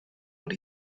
what